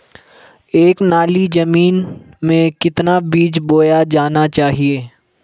एक नाली जमीन में कितना बीज बोया जाना चाहिए?